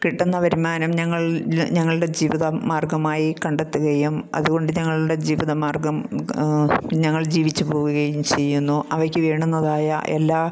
കിട്ടുന്ന വരുമാനം ഞങ്ങൾ ഞങ്ങളുടെ ജീവിത മാർഗ്ഗമായി കണ്ടെത്തുകയും അതുകൊണ്ട് ഞങ്ങളുടെ ജീവിതമാർഗ്ഗം ഞങ്ങൾ ജീവിച്ചു പോവുകയും ചെയ്യുന്നു അവയ്ക്ക് വേണ്ടുന്നതായ എല്ലാ